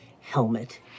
helmet